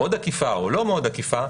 עקיפה או לא מאוד עקיפה,